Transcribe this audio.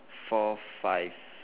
four five